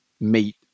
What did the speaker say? meet